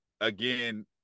again